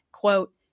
Quote